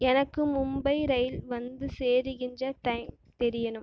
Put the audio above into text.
எனக்கு மும்பை ரயில் வந்து சேருகின்ற டைம் தெரியணும்